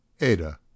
Ada